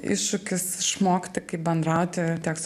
iššūkis išmokti kaip bendrauti tiek su